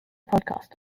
podcast